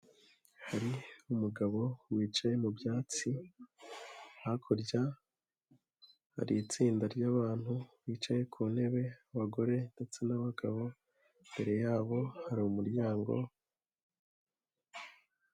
Hari umugabo wicaye mu byatsi, hakurya hari itsinda ry'abantu bicaye ku ntebe abagore ndetse n'abagabo, imbere yabo hari umuryango.